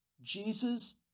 Jesus